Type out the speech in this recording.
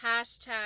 hashtag